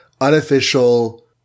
unofficial